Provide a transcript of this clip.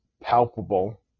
palpable